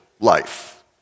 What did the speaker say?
life